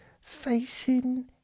facing